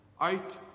out